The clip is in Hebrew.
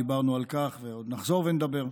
דיברנו על כך ועוד נחזור ונדבר.